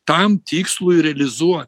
tam tikslui realizuo